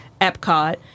EPCOT